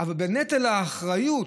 אבל את נטל האחריות,